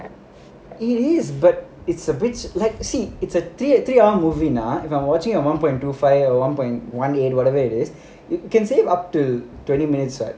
it is but it's a bit like you see it's a three hour movie now if I'm watching at one point two five one point one eight or whatever it is you can save up to twenty minutes [what]